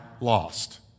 lost